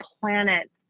planet